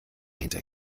hinter